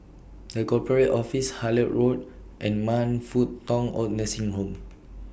The Corporate Office Hullet Road and Man Fut Tong Oid Nursing Home